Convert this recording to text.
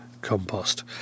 Compost